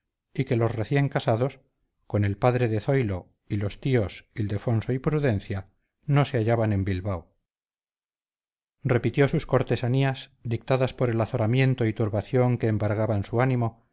y que los recién casados con el padre de zoilo y los tíos ildefonso y prudencia no se hallaban en bilbao repitió sus cortesanías dictadas por el azoramiento y turbación que embargaban su ánimo